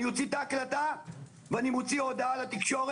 אני אוציא את ההקלטה, ואני אוציא הודעה לתקשורת